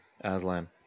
Aslan